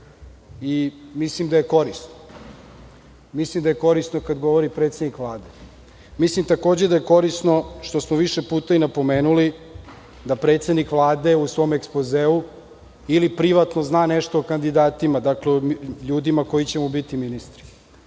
i mislim da je korisno. Mislim da je korisno kada govori predsednik Vlade. Mislim takođe da je korisno, što smo više puta i napomenuli, da predsednik Vlade u svom ekspozeu ili privatno zna nešto o kandidatima, o ljudima koji će mu biti ministri.